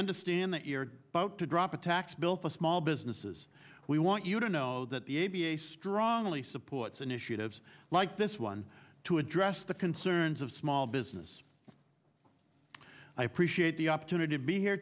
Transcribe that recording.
understand that you're about to drop a tax bill for small businesses we want you to know that the a b a strongly supports initiatives like this one to address the concerns of small business i appreciate the opportunity to be here